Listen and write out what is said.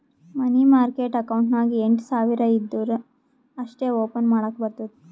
ಮನಿ market account ನಾಗ್ ಎಂಟ್ ಸಾವಿರ್ ಇದ್ದೂರ ಅಷ್ಟೇ ಓಪನ್ ಮಾಡಕ್ ಬರ್ತುದ